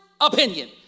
opinion